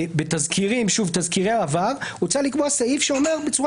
בתזכירי עבר הוצע לקבוע סעיף שאומר בצורה